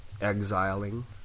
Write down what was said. exiling